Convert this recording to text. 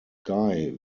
guy